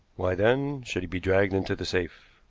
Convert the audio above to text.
why, then, should he be dragged into the safe?